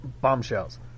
bombshells